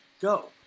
go